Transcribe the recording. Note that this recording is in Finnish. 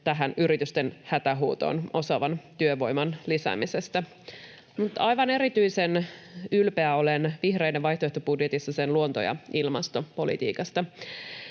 tähän yritysten hätähuutoon osaavan työvoiman lisäämisestä. Aivan erityisen ylpeä olen vihreiden vaihtoehtobudjetissa sen luonto- ja ilmastopolitiikasta.